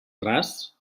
ras